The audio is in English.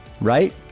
right